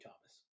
Thomas